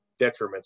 detriments